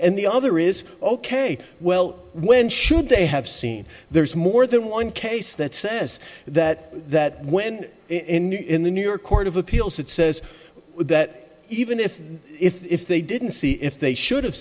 and the other is ok well when should they have seen there's more than one case that says that that when in the new york court of appeals it says that even if if they didn't see if they should have